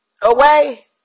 away